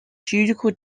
judicial